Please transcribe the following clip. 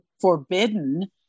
forbidden